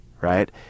right